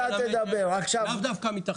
לאו דווקא מתחרות.